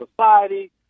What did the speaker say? society